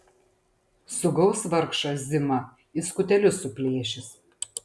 sugaus vargšą zimą į skutelius suplėšys